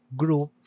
group